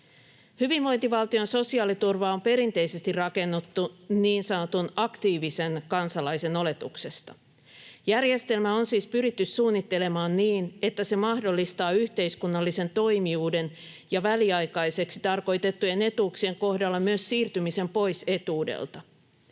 Hyvinvointivaltion sosiaaliturvaa on perinteisesti rakennettu niin sanotun aktiivisen kansalaisen oletuksesta. Järjestelmä on siis pyritty suunnittelemaan niin, että se mahdollistaa yhteiskunnallisen toimijuuden ja väliaikaiseksi tarkoitettujen etuuksien kohdalla myös siirtymisen pois etuudelta.